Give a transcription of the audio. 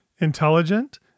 Intelligent